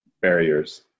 barriers